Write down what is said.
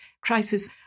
crisis